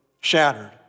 shattered